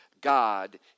God